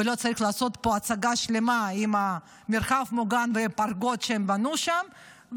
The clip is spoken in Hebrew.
ולא צריך לעשות פה הצגה שלמה עם מרחב מוגן ופרגוד שהם בנו שם,